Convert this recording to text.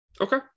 Okay